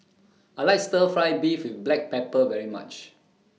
I like Stir Fry Beef with Black Pepper very much